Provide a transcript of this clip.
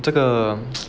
这个